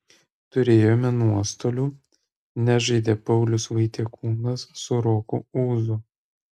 turėjome nuostolių nežaidė paulius vaitiekūnas su roku ūzu